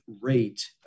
rate